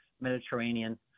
Mediterranean